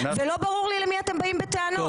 ולא ברור לי למי אתם באים בטענות.